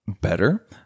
better